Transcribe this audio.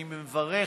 אני מברך